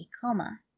coma